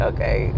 Okay